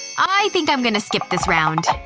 i think i'm gonna skip this round.